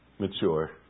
Mature